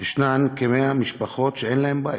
יש כ-100 משפחות שאין להם בית.